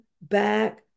back